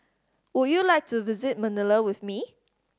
would you like to visit Manila with me